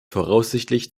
voraussichtlich